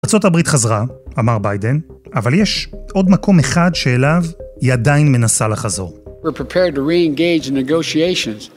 ארה״ב חזרה, אמר ביידן, אבל יש עוד מקום אחד שאליו היא עדיין מנסה לחזור.